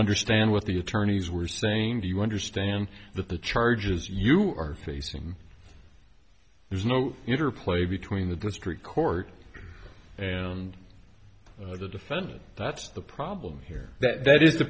understand what the attorneys were saying do you understand that the charges you are facing there's no interplay between the district court and the defendant that's the problem here that that is